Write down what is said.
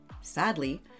Sadly